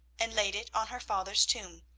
and laid it on her father's tomb,